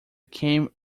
came